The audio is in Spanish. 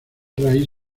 raíz